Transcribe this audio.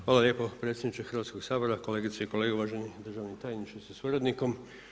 Hvala lijepo predsjedniče Hrvatskoga sabora, kolegice i kolege, uvaženi državni tajniče sa suradnikom.